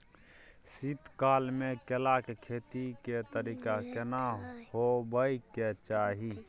शीत काल म केला के खेती के तरीका केना होबय के चाही?